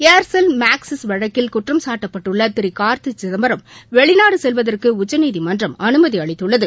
Aircel Maxis வழக்கில் குற்றம்சாட்டப்பட்டுள்ள திரு கார்த்தி சிதம்பரம் வெளிநாடு செல்வதற்கு உச்சநீதிமன்றம் அனுமதி அளித்துள்ளது